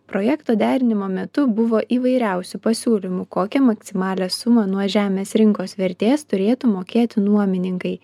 projekto derinimo metu buvo įvairiausių pasiūlymų kokią maksimalią sumą nuo žemės rinkos vertės turėtų mokėti nuomininkai